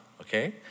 okay